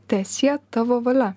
teesie tavo valia